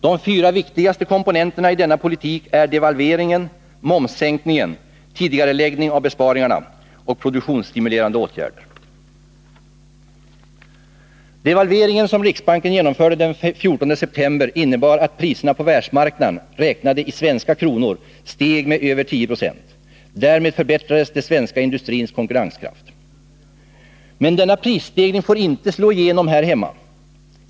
De fyra viktigaste komponenterna i denna politik är devalveringen, momssänkningen, tidigarelagda besparingar och produktionsstimulerande åtgärder. Devalveringen, som riksbanken genomförde den 14 september, innebar att priserna på världsmarknaden räknade i svenska kronor steg med över 10 20. Därmed förbättrades den svenska industrins konkurrenskraft. Men denna prisstegring får inte slå igenom här hemma.